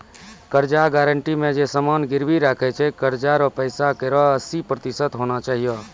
कर्जा गारंटी मे जे समान गिरबी राखै छै कर्जा रो पैसा हस्सी प्रतिशत होना चाहियो